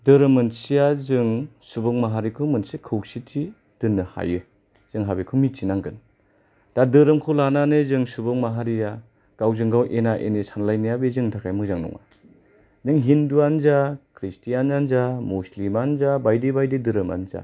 धोरोम मोनसेया जों सुबुं माहारिखौ मोनसे खौसेथिआव दोननो हायो जोंहा बेखौ मिथि नांगोन दा धोरोमखौ लानानै जों सुबुं माहारिया गावजों गाव एना एनि सानलायनाया बे जोंनि थाखाय मोजां नङा नों हिन्दुआनो जा ख्रिस्तियान आनो जा मुसलिम आनो जा बायदि बायदि धोरोमानो जा